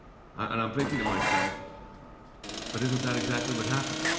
and um thinking of myself but isn't that exactly what happened